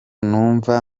numva